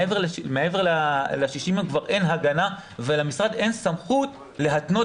מעבר ל-60 ימים כבר אין הגנה ולמשרד אין סמכות להתנות